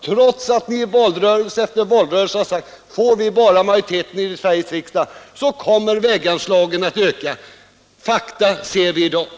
Ni har i valrörelse efter valrörelse sagt: Får vi bara majoriteten i Sveriges riksdag, kommer väganslagen att öka. Fakta ser vi i dag.